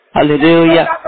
Hallelujah